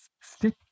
stick